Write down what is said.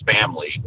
family